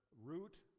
root